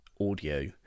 audio